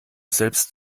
selbst